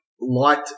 light